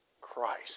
Christ